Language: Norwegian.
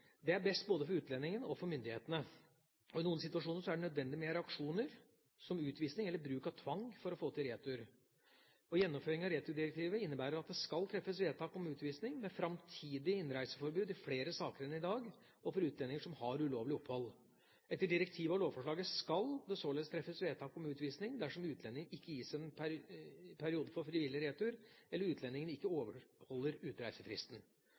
Det er best både for utlendingen og for myndighetene. I noen situasjoner er det nødvendig med reaksjoner som utvisning eller bruk av tvang for å få til retur. Gjennomføringen av returdirektivet innebærer at det skal treffes vedtak om utvisning med framtidig innreiseforbud i flere saker enn i dag overfor utlendinger som har ulovlig opphold. Etter direktivet og lovforslaget skal det således treffes vedtak om utvisning dersom utlendingen ikke gis en periode for frivillig retur, eller utlendingen ikke overholder utreisefristen.